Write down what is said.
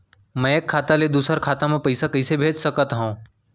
मैं एक खाता ले दूसर खाता मा पइसा कइसे भेज सकत हओं?